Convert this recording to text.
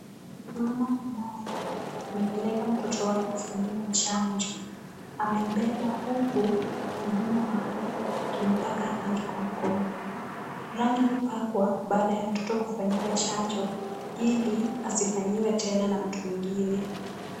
Mama ambaye amepeleka mtot wake kufanyiwa chanjo amembeba, huku mhudumu wa afya akimpaka rangi kwa mkono. Rangi hupakwa baada ya mtoto kufanyiwa chanjo ili asifanyiwe tena na mtu mwingine.